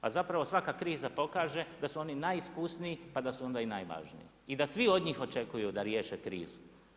A zapravo svaka kriza pokaže da su oni najiskusniji pa da su ona i najvažniji i da svi od njih očekuju da riješe krizu.